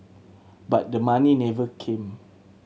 but the money never came